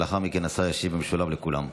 ולאחר מכן השר ישיב במשולב לכולם.